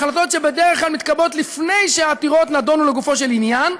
החלטות שבדרך כלל מתקבלות לפני שהעתירות נדונו לגופו של עניין.